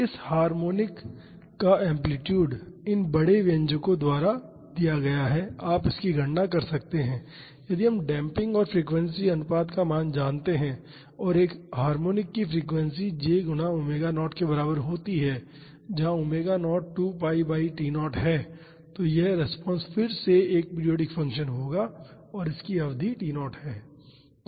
इस हार्मोनिक का एम्पलीटूड इन बड़े व्यंजको द्वारा दिया गया है आप इसकी गणना कर सकते हैं यदि हम डेम्पिंग और फ्रीक्वेंसी अनुपात का मान जानते हैं और एक हार्मोनिक की फ्रीक्वेंसी j गुना ⍵0 के बराबर होती है जहां ⍵0 2 π बाई t0 है कि यह रिस्पांस फिर से एक पीरियाडिक फंक्शन होगा और इसकी अवधि t0 है